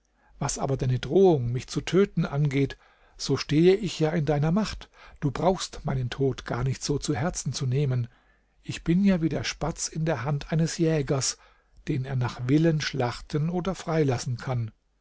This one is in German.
was aber deine drohung mich zu töten angeht so stehe ich ja in deiner macht du brauchst meinen tod gar nicht so zu herzen zu nehmen ich bin ja wie der spatz in der hand eines jägers den er nach willen schlachten oder freilassen kann